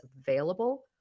available